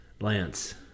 Lance